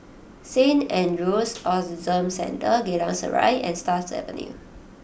Saint Andrew's Autism Centre Geylang Serai and Stars Avenue